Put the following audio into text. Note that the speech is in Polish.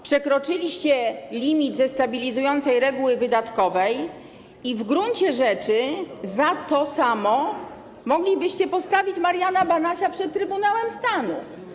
Przekroczyliście limit ze stabilizującej reguły wydatkowej i w gruncie rzeczy za to samo moglibyście postawić Mariana Banasia przed Trybunałem Stanu.